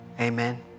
Amen